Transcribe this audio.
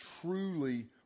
truly